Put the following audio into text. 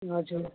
हजुर